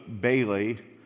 Bailey